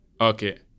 Okay